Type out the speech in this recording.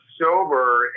sober